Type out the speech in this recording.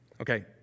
Okay